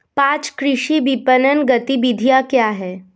पाँच कृषि विपणन गतिविधियाँ क्या हैं?